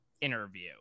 interview